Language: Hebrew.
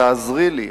תעזרי לי.